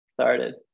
started